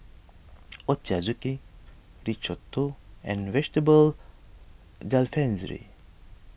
Ochazuke Risotto and Vegetable Jalfrezi